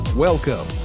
Welcome